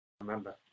remember